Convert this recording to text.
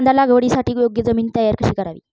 कांदा लागवडीसाठी योग्य जमीन तयार कशी करावी?